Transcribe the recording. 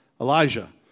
Elijah